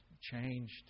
changed